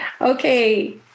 Okay